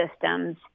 systems